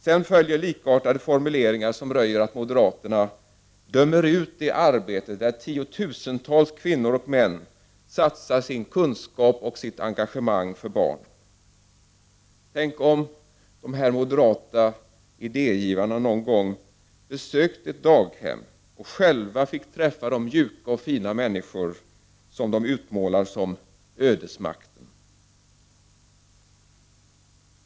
Sedan följer likartade formuleringar som röjer att moderaterna dömer ut det arbete där tiotusentals kvinnor och män satsar sin kunskap och sitt engagemang för barn. Tänk om dessa moderata idégivare nå gon gång kunde besöka ett daghem och där själva fick träffa de mjuka och fina människor som de utmålar som ”ödesmakten”.